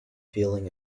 feeling